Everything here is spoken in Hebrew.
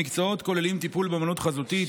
המקצועות כוללים טיפול באומנות חזותית,